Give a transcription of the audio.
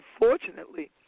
unfortunately –